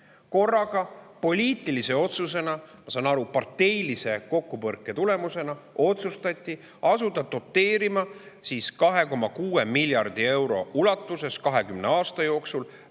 Korraga poliitilise otsusena või ma saan aru, parteilise kokkupõrke tulemusena otsustati asuda doteerima 2,6 miljardi euro ulatuses 20 aasta jooksul,